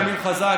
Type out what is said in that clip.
ימין חזק,